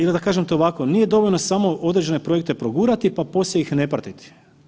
Ili da kažem to ovako, nije dovoljno samo određene projekte progurati, pa poslije ih ne pratiti.